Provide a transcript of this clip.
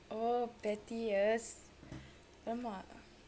oh pettiest !alamak!